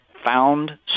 found